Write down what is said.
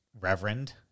Reverend